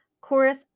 Chorus